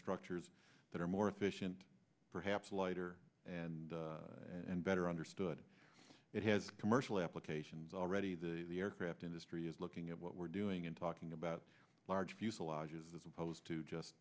structures that are more efficient perhaps lighter and and better understood it has commercial applications already the the aircraft industry is looking at what we're doing in talking about large fuselages as opposed to just